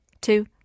two